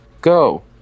go